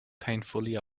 painfully